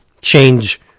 change